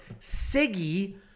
Siggy